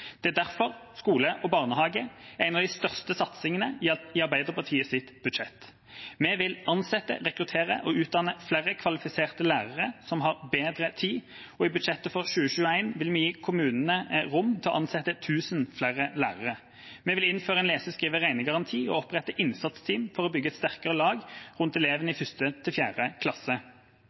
Det er derfor skole og barnehage er en av de største satsingene i Arbeiderpartiets budsjett. Vi vil ansette, rekruttere og utdanne flere kvalifiserte lærere, som har bedre tid, og i budsjettet for 2021 vil vi gi kommunene rom for å ansette 1 000 flere lærere. Vi vil innføre en lese-, skrive- og regnegaranti og opprette innsatsteam for å bygge et sterkere lag rundt elevene i 1.– 4. klasse.